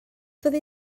fyddi